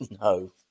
No